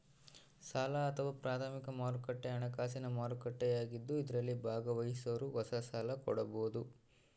ಸಾಲ ಅಥವಾ ಪ್ರಾಥಮಿಕ ಮಾರುಕಟ್ಟೆ ಹಣಕಾಸಿನ ಮಾರುಕಟ್ಟೆಯಾಗಿದ್ದು ಇದರಲ್ಲಿ ಭಾಗವಹಿಸೋರು ಹೊಸ ಸಾಲ ಕೊಡಬೋದು